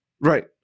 Right